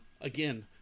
Again